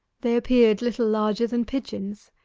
they appeared little larger than pigeons,